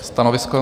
Stanovisko?